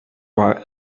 our